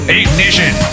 ignition